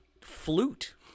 flute